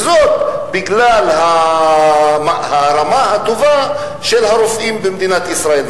וזאת בגלל הרמה הטובה של הרופאים במדינת ישראל.